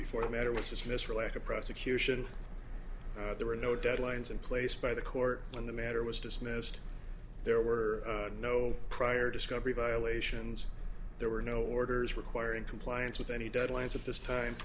before the matter was dismissed for lack of prosecution there were no deadlines in place by the court on the matter was dismissed there were no prior discovery violations there were no orders requiring compliance with any deadlines at this time